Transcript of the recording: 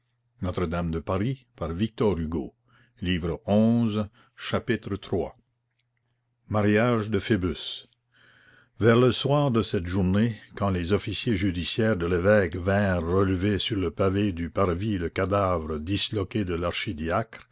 aimé iii mariage de phoebus vers le soir de cette journée quand les officiers judiciaires de l'évêque vinrent relever sur le pavé du parvis le cadavre disloqué de